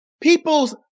People's